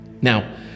Now